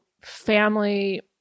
family